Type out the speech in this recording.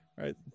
Right